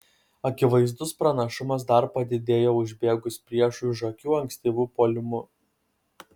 akivaizdus pranašumas dar padidėjo užbėgus priešui už akių ankstyvu puolimu